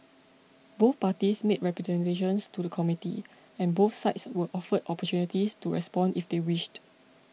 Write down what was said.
both parties made representations to the Committee and both sides were offered opportunities to respond if they wished